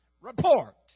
report